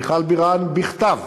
מיכל בירן, בכתב,